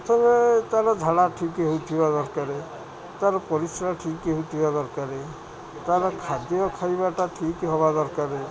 ପ୍ରଥମେ ତାର ଝାଡ଼ା ଠିକ୍ ହେଉଥିବା ଦରକାରେ ତାର ପରିସ୍ରା ଠିକ୍ ହେଉଥିବା ଦରକାରେ ତା'ର ଖାଦ୍ୟ ଖାଇବାଟା ଠିକ୍ ହବା ଦରକାରେ